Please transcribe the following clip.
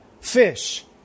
fish